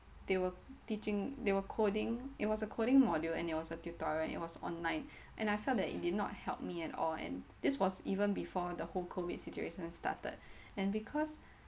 they were teaching they were coding it was a coding module and it was a tutorial and it was online and I felt that it did not help me at all and this was even before the whole COVID situation started and because